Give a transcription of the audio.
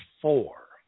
four